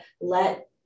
let